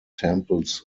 temples